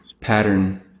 pattern